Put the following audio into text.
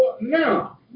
now